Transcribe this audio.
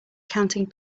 counting